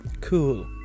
Cool